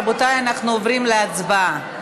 רבותיי, אנחנו עוברים להצבעה.